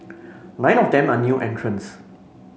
nine of them are new entrants